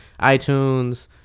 iTunes